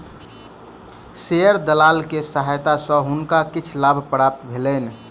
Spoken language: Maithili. शेयर दलाल के सहायता सॅ हुनका किछ लाभ प्राप्त भेलैन